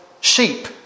sheep